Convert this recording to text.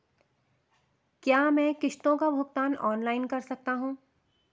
क्या मैं किश्तों का भुगतान ऑनलाइन कर सकता हूँ?